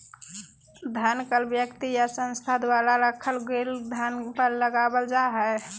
धन कर व्यक्ति या संस्था द्वारा रखल गेल धन पर लगावल जा हइ